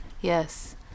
Yes